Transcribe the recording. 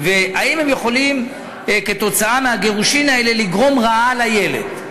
האם הם יכולים כתוצאה מהגירושין האלה לגרום רעה לילד,